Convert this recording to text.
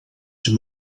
ser